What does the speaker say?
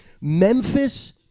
Memphis